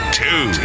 two